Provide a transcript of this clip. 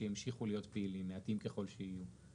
שימשיכו להיות פעילים מעטים ככל שיהיו.